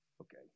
Okay